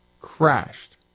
crashed